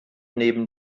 neben